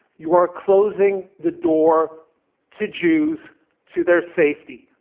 you are closing the door to jews to their safety.